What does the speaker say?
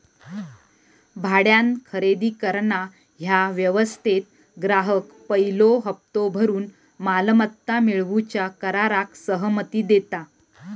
भाड्यान खरेदी करणा ह्या व्यवस्थेत ग्राहक पयलो हप्तो भरून मालमत्ता मिळवूच्या कराराक सहमती देता